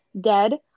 dead